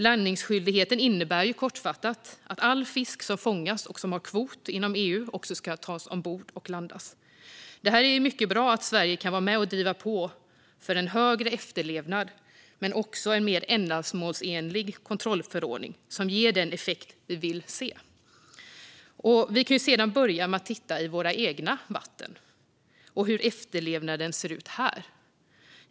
Landningsskyldigheten innebär kortfattat att all fisk som fångas och har en kvot inom EU också ska tas ombord och landas. Det är mycket bra att Sverige kan vara med och driva på för en högre efterlevnad men också en mer ändamålsenlig kontrollförordning som ger den effekt vi vill se. Vi kan sedan börja med att titta i våra egna vatten och se hur efterlevnaden ser ut här.